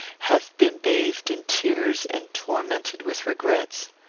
have been bathed in tears and tormented with regrets!